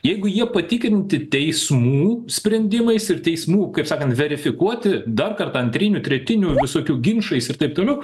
jeigu jie patikinti teismų sprendimais ir teismų kaip sakant verifikuoti dar kartą antrinių tretinių visokių ginčais ir taip toliau